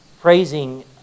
praising